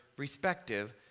Respective